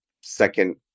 second